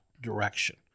direction